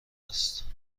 است